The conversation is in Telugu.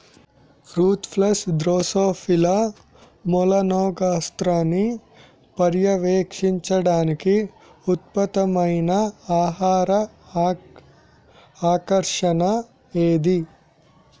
ఫ్రూట్ ఫ్లైస్ డ్రోసోఫిలా మెలనోగాస్టర్ని పర్యవేక్షించడానికి ఉత్తమమైన ఆహార ఆకర్షణ ఏది?